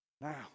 Now